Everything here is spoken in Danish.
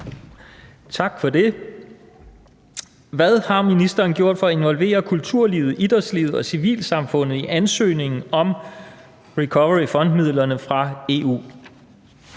Valentin (V): Hvad har ministeren gjort for at involvere kulturlivet, idrætslivet og civilsamfundet i ansøgningen om recovery fund-midlerne fra EU?